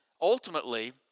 ultimately